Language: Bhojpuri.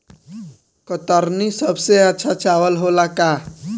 कतरनी सबसे अच्छा चावल होला का?